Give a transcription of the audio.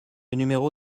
numéro